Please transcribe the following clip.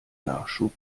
nachschub